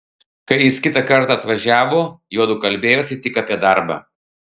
kai jis kitą kartą atvažiavo juodu kalbėjosi tik apie darbą